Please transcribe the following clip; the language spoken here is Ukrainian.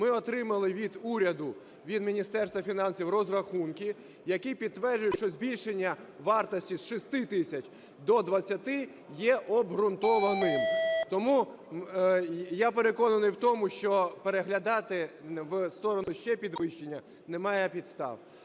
Ми отримали від уряду, від Міністерства фінансів розрахунки, які підтверджують, що збільшення вартості з 6 тисяч до 20 є обґрунтованим. Тому я переконаний в тому, що переглядати в сторону ще підвищення немає підстав.